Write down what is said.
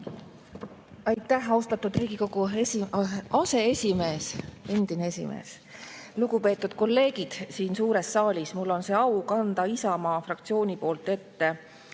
Aitäh, austatud Riigikogu aseesimees, endine esimees! Lugupeetud kolleegid siin suures saalis! Mul on au kanda Isamaa fraktsiooni nimel ette